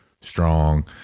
strong